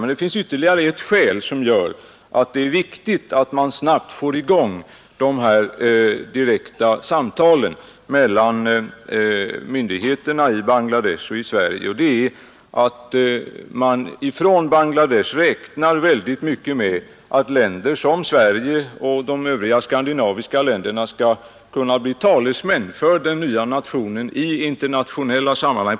Men det finns ytterligare en omständighet som gör att det är viktigt att man snabbt får i gång de direkta samtalen mellan myndigheterna i Bangladesh och i Sverige, och den är att Bangladesh räknar med att länder som Sverige och de övriga skandinaviska länderna skall kunna bli talesmän för den nya nationen i internationella sammanhang.